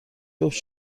جفت